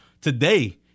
Today